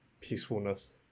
peacefulness